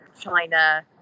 China